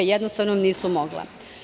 Jednostavno, to nisu mogli.